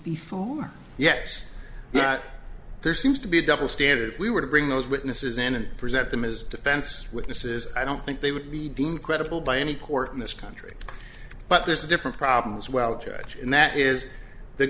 before yes there seems to be a double standard if we were to bring those witnesses in and present them as defense witnesses i don't think they would be deemed credible by any court in this country but there's a different problems well judge and that is th